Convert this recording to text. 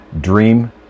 Dream